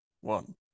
One